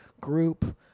group –